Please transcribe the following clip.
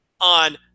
on